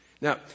Now